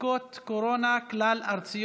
בדיקות קורונה כלל-ארציות,